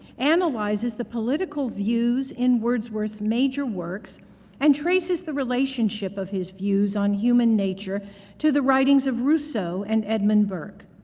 analyzes the political views in wordsworth's major works and traces the relationship of his views on human nature to the writings of rousseau and edmund burke.